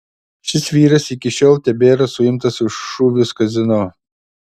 šis vyras iki šiol tebėra suimtas už šūvius kazino